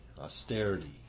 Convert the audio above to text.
austerity